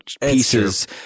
pieces